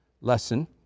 lesson